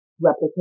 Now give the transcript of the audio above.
replicate